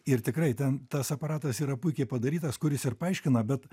ir tikrai ten tas aparatas yra puikiai padarytas kuris ir paaiškina bet